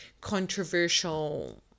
Controversial